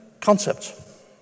concepts